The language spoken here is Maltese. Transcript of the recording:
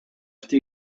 wara